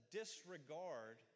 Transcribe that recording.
disregard